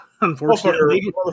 unfortunately